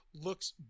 looks